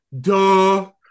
Duh